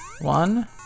One